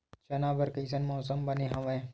चना बर कइसन मौसम बने हवय?